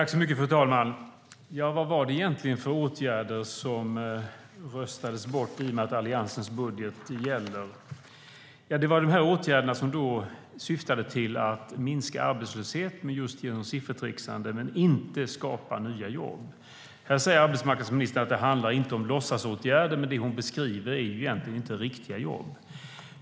Fru talman! Vad var det egentligen för åtgärder som röstades bort i och med att Alliansens budget gäller? Det var åtgärderna som syftade till att minska arbetslöshet just genom siffertricksande men inte genom att skapa nya jobb. Här säger arbetsmarknadsministern att det inte handlar om låtsasåtgärder. Men det hon beskriver är egentligen inte riktiga jobb.